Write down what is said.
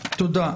תודה.